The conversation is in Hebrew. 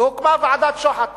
והוקמה ועדת-שוחט